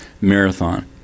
Marathon